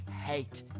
hate